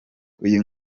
uyu